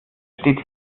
steht